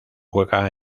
juega